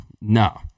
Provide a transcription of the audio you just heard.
No